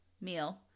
meal